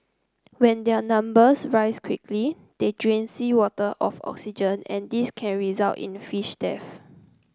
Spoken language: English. when their numbers rise quickly they drain seawater of oxygen and this can result in fish death